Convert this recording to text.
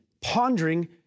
pondering